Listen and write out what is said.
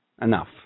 enough